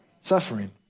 suffering